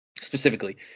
specifically